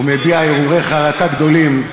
הוא מביע הרהורי חרטה גדולים,